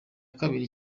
kabiri